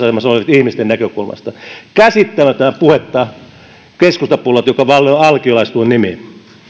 asemassa olevien ihmisten näkökulmasta käsittämätöntä puhetta keskustapuolueelta joka vannoo alkiolaisuuden nimiin